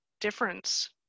difference